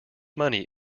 money